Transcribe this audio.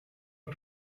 als